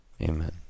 Amen